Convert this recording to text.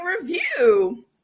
Review